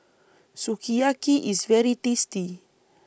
Sukiyaki IS very tasty